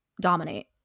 dominate